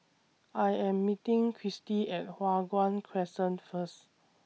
I Am meeting Christi At Hua Guan Crescent First